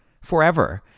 forever